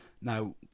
now